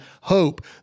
hope